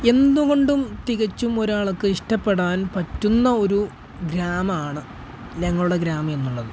എന്തുകൊണ്ടും തികച്ചും ഒരാൾക്ക് ഇഷ്ടപ്പെടാൻ പറ്റുന്ന ഒരു ഗ്രാമമാണ് ഞങ്ങളുടെ ഗ്രാമം എന്നുള്ളത്